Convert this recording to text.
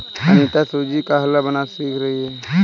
अनीता सूजी का हलवा बनाना सीख रही है